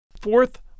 Fourth